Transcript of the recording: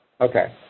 okay